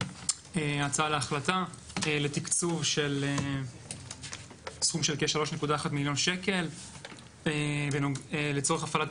העברנו הצעה להחלטה לתקצוב של סכום של כ-3.1 מיליון שקל לצורך הפעלת